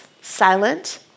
silent